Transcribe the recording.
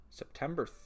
September